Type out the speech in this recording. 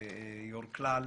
יו"ר כלל,